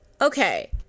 Okay